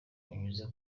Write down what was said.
unyuze